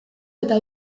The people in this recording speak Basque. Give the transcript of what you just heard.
eta